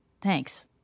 thanks